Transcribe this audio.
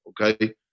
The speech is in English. Okay